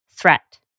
threat